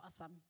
awesome